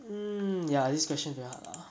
mm ya this question very hard lah